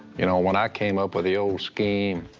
you know when i came up with the old scheme,